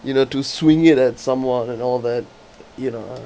you know to swing it at someone and all that you know ah